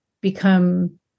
become